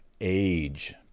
age